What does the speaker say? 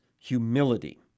humility